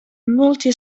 multi